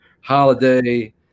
Holiday –